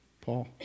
Paul